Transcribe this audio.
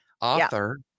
author